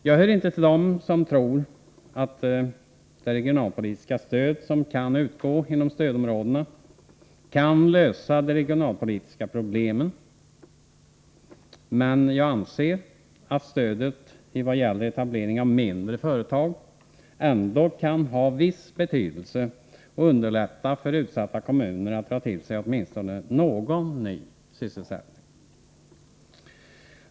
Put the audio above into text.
Jag hör inte till dem som tror att det regionalpolitiska stöd som kan utgå inom stödområdena kan lösa de regionalpolitiska problemen, men jag anser att stödet i vad gäller etablering av mindre företag ändå kan ha viss betydelse och underlätta för utsatta kommuner att dra till sig åtminstone någon ny sysselsättning.